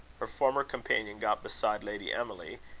her former companion got beside lady emily,